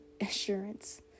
assurance